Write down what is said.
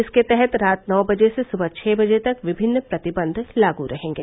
इसके तहत रात नौ बजे से सुबह छः बजे तक विमिन्न प्रतिबंध लागू रहेंगे